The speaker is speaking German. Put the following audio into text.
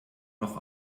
noch